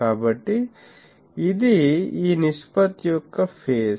కాబట్టి ఇది ఈ నిష్పత్తి యొక్క ఫేజ్